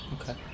Okay